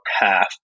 half